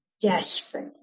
desperate